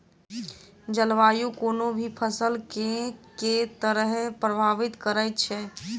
जलवायु कोनो भी फसल केँ के तरहे प्रभावित करै छै?